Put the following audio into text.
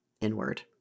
inward